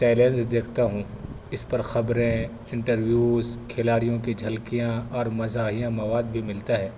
challenge دیکھتا ہوں اس پر خبریں انٹرویوز کھلاڑیوں کی جھلکیاں اور مزاحیہ مواد بھی ملتا ہے